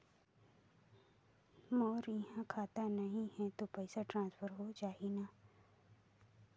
मोर इहां खाता नहीं है तो पइसा ट्रांसफर हो जाही न?